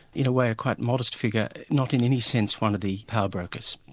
in a way a quite modest figure, not in any sense one of the powerbrokers,